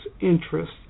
interest